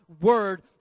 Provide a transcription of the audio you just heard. word